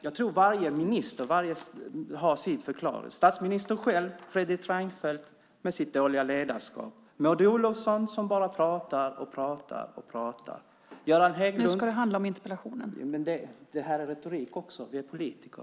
Jag tror varje minister har sin förklaring: statsministern själv, Fredrik Reinfeldt, med sitt dåliga ledarskap, Maud Olofsson, som bara pratar, pratar och pratar och . Ja, men det här är retorik också. Vi är politiker.